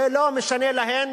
זה לא משנה להן